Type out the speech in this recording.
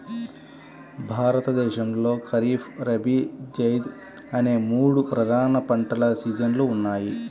భారతదేశంలో ఖరీఫ్, రబీ, జైద్ అనే మూడు ప్రధాన పంటల సీజన్లు ఉన్నాయి